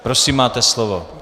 Prosím, máte slovo.